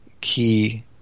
key